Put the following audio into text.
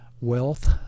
wealth